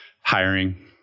hiring